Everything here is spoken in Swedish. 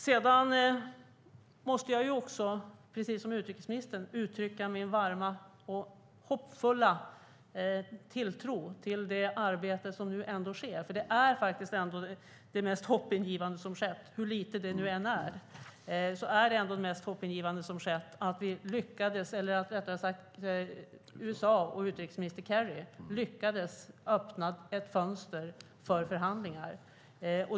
Jag måste också, precis som utrikesministern, uttrycka min varma och hoppfulla tilltro till det arbete som nu ändå sker. Att USA och utrikesminister Kerry lyckades öppna ett fönster för förhandlingar är trots allt det mest hoppingivande som har skett, hur litet det än är.